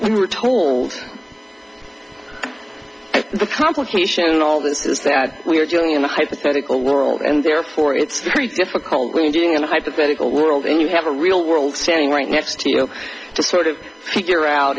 were we were told the complication in all this is that we're dealing in a hypothetical and therefore it's very difficult and a hypothetical world and you have a real world standing right next to you to sort of figure out